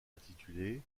intitulé